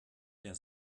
der